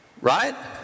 Right